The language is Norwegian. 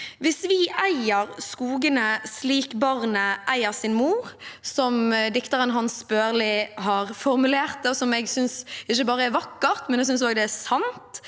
Hvis vi «eier skogene, slik barnet eier si mor», som dikteren Hans Børli har formulert det – det synes jeg ikke bare er vakkert, jeg synes også det er sant